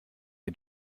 den